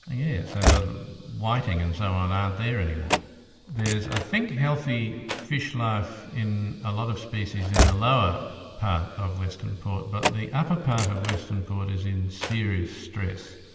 yes, and the whiting and so on aren't there any more. there is i think healthy fish life in a lot of species in the lower part of western port, but the upper part of western port is in serious stress,